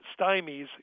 stymies